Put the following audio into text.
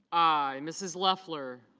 i. mrs. leffler